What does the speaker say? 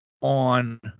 on